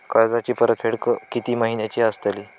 कर्जाची परतफेड कीती महिन्याची असतली?